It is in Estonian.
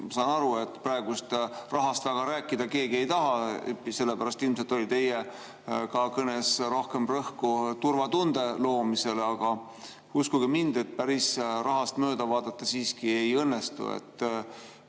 Saan aru, et praegu rahast väga rääkida keegi ei taha. Sellepärast ilmselt oli teie kõnes ka rohkem rõhku pandud turvatunde loomisele. Aga uskuge mind, rahast päris mööda vaadata siiski ei õnnestu.